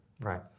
Right